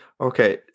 okay